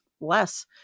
less